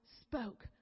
spoke